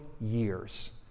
years